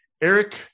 Eric